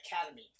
Academy